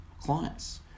clients